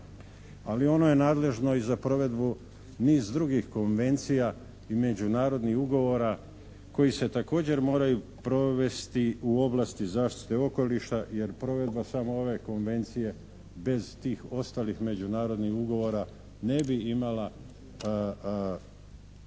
ali ono je nadležno i za provedbu niz drugih konvencija i međunarodnih ugovora koji se također moraju provesti u oblasti zaštite okoliša, jer provedba samo ove konvencije bez tih ostalih međunarodnih ugovora ne bi imala